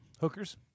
hookers